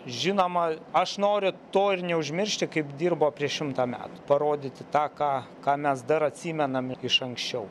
žinoma aš noriu to ir neužmiršti kaip dirbo prieš šimtą metų parodyti tą ką ką mes dar atsimenam iš anksčiau